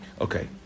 Okay